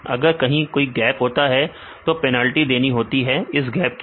अगर कहीं कोई गैप होता है तो हमें पेनल्टी देनी होती है इस गैप के लिए